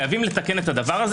חייבים לתקן את זה.